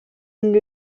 une